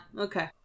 Okay